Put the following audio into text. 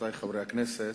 רבותי חברי הכנסת,